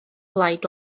blaid